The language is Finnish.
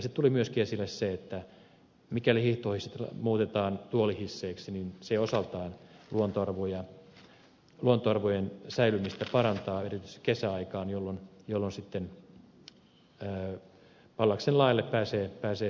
selkeästi tuli myöskin esille se että mikäli hiihtohissit muutetaan tuolihisseiksi se osaltaan parantaa luontoarvojen säilymistä erityisesti kesäaikaan jolloin sitten pallaksen laelle pääsee hissillä